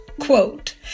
quote